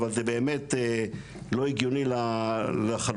אבל זה באמת לא הגיוני לחלוטין.